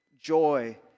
joy